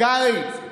קרעי,